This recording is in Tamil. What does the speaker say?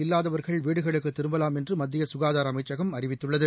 இல்லாதவா்கள் வீடுகளுக்கு திரும்பவாம் என்று மத்திய சுகாதார அமைச்சகம் அறிவித்துள்ளது